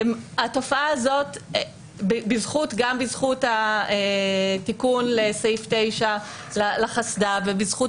התופעה הזאת גם בזכות התיקון לסעיף 9 לחדס"פ ובזכות